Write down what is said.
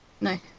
No